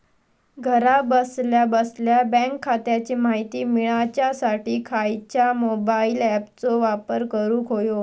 घरा बसल्या बसल्या बँक खात्याची माहिती मिळाच्यासाठी खायच्या मोबाईल ॲपाचो वापर करूक होयो?